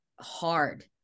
hard